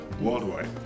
worldwide